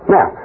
Now